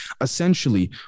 essentially